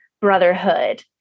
brotherhood